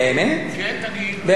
באמת, זה עלה 350 מיליון.